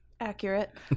Accurate